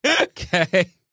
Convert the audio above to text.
Okay